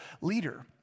leader